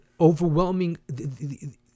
overwhelming